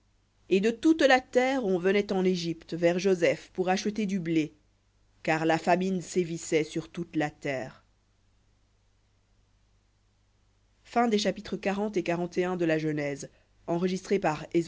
et de toute la terre on venait en égypte vers joseph pour acheter du blé car la famine sévissait sur toute la terre v